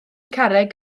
carreg